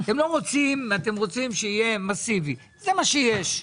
אתם רוצים שתהיה בנייה מסיבית, זה מה שיש.